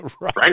Right